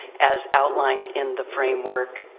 as outlined in the framework,